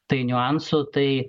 tai niuansų tai